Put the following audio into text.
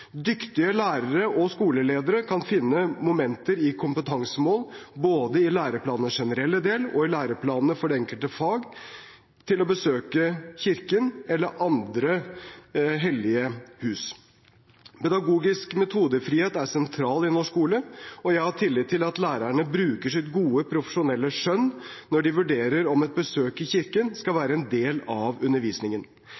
Dyktige lærere og skoleledere kan finne momenter og kompetansemål både i læreplanens generelle del og i læreplanene for det enkelte fag til å besøke kirken eller andre hellige hus. Pedagogisk metodefrihet er sentralt i norsk skole, og jeg har tillit til at lærerne bruker sitt gode profesjonelle skjønn når de vurderer om et besøk i kirken skal